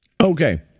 Okay